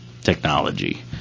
technology